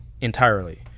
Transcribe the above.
entirely